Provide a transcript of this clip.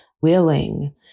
willing